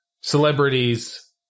celebrities